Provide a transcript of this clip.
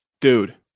Dude